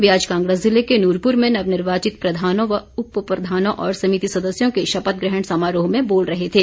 वे आज कांगड़ा ज़िले के नूरपुर में नवनिर्वाचित प्रधानों उप प्रधानों और समिति सदस्यों के शपथ ग्रहण समारोह में बोल रहे थे